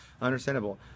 Understandable